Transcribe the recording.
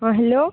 ହଁ ହ୍ୟାଲୋ